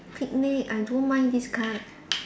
picnic I don't mind this kind